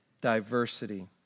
diversity